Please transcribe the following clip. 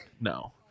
No